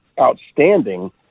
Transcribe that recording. outstanding